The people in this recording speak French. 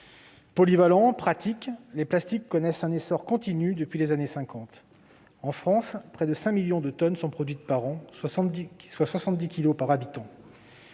polyvalents et pratiques, les plastiques connaissent un essor continu depuis les années 1950. En France, près de 5 millions de tonnes sont produites par an, soit 70 kilogrammes par habitant.